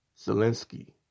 Zelensky